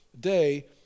day